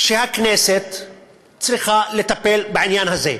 שהכנסת צריכה לטפל בעניין הזה.